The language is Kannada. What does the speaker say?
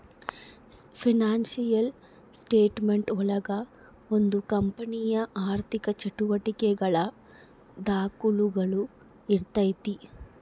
ಫೈನಾನ್ಸಿಯಲ್ ಸ್ಟೆಟ್ ಮೆಂಟ್ ಒಳಗ ಒಂದು ಕಂಪನಿಯ ಆರ್ಥಿಕ ಚಟುವಟಿಕೆಗಳ ದಾಖುಲುಗಳು ಇರ್ತೈತಿ